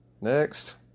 Next